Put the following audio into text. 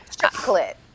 chocolate